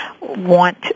want